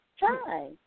Hi